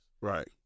Right